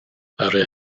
ddaru